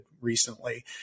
recently